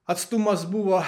atstumas buvo